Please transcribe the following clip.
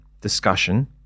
discussion